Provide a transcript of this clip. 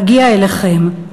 נגיע אליכם'.